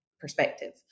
perspective